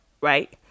Right